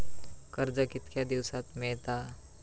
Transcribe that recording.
कर्ज कितक्या दिवसात मेळता?